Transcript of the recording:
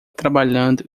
trabalhando